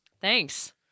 Thanks